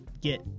get